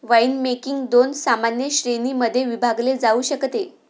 winemaking दोन सामान्य श्रेणीं मध्ये विभागले जाऊ शकते